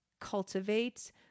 cultivate